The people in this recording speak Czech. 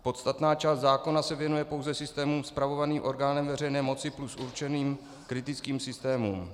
Podstatná část zákona se věnuje pouze systémům spravovaným orgánem veřejné moci plus určeným kritickým systémům.